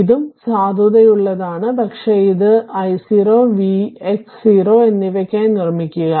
ഇതും സാധുതയുള്ളതാണ് പക്ഷേ ഇത് I0 v x 0 എന്നിവയ്ക്കായി നിർമ്മിക്കുക